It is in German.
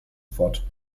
fort